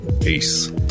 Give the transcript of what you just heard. Peace